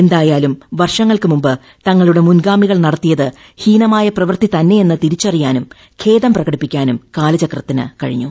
എന്തായാലും വർഷങ്ങൾക്ക് മുമ്പ് തങ്ങളുടെ മുൻഗാമികൾ നടത്തിയത് ഹീനമായ പ്രവൃത്തി തന്നെയെന്ന് തിരിച്ചറിയാനും ഖേദം പ്രകടിപ്പിക്കാനും കാലചക്രത്തിന് കഴിഞ്ഞു